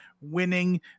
winning